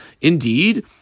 Indeed